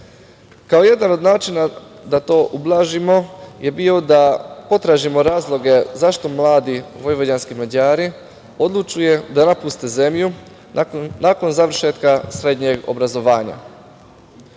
Kao jedan od načina da to ublažimo je bio da potražimo razloge zašto mladi vojvođanski Mađari odlučuju da napuste zemlju nakon završetka srednjeg obrazovanja. Ono